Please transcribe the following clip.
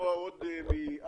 לשמוע עוד מעמי,